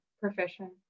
profession